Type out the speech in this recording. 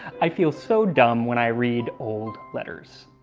i feel so dumb when i read old letters.